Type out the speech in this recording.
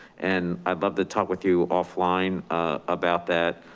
and i'd love to talk with you offline about that.